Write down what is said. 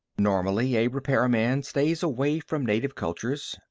normally, a repairman stays away from native cultures.